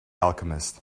alchemist